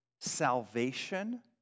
salvation